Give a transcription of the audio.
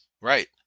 Right